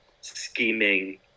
scheming